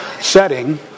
setting